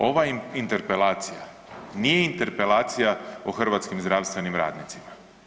Ova interpelacija nije interpelacija o hrvatskim zdravstvenim radnicima.